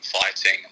fighting